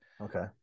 Okay